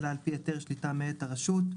אלא על פי היתר שליטה מאת הרשות.